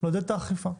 לעודד את האכיפה.